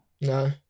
No